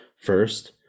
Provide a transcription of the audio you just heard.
first